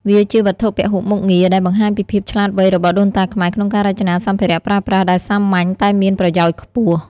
វាជា វត្ថុពហុមុខងារ ដែលបង្ហាញពីភាពឆ្លាតវៃរបស់ដូនតាខ្មែរក្នុងការរចនាសម្ភារៈប្រើប្រាស់ដែលសាមញ្ញតែមានប្រយោជន៍ខ្ពស់។